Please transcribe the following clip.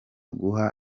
guha